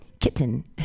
kitten